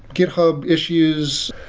github issues,